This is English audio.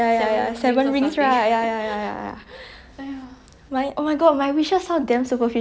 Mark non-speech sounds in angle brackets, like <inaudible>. <laughs>